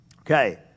Okay